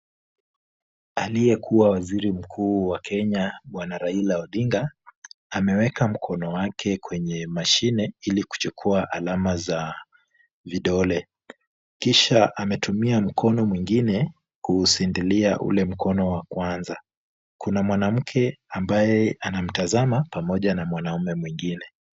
Aliyekuwa waziri mkuu wa Kenya bwana Raila Odinga ameweka mkono wake kwenye mashine ili kuchukua alama za vidole kisha ametumia mkono mwingine kuusindilia ule mkono wa kwanza. Kuna mwanamke ambaye anamtazama pamoja na mwanamume mwengine.